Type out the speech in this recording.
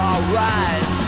Alright